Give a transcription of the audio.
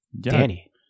Danny